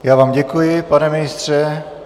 Já vám děkuji, pane ministře.